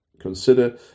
Consider